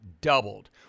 doubled